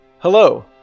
Hello